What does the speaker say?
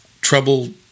trouble